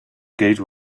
gate